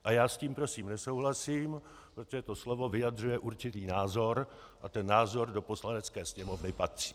A já s tím, prosím, nesouhlasím, protože to slovo vyjadřuje určitý názor a ten názor do Poslanecké sněmovny patří.